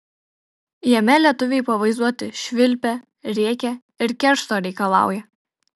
jame lietuviai pavaizduoti švilpią rėkią ir keršto reikalaują